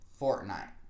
Fortnite